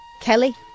Kelly